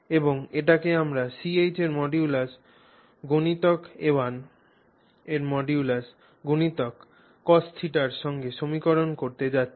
এবং এটিকে আমরা Ch এর মডুলাস গুনিতক a1 এর মডুলাস গুনিতক cos θ র সঙ্গে সমীকরণ করতে যাচ্ছি